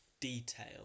detail